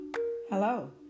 Hello